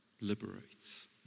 liberates